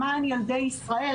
למען ילדי ישראל.